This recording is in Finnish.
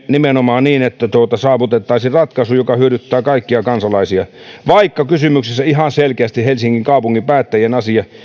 nimenomaan niin että saavutettaisiin ratkaisu joka hyödyttää kaikkia kansalaisia vaikka kysymyksessä on ihan selkeästi helsingin kaupungin päättäjien asia